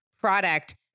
product